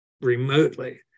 remotely